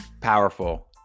powerful